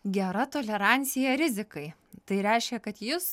gera tolerancija rizikai tai reiškia kad jis